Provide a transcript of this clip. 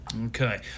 Okay